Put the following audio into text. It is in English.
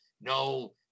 No